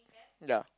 ya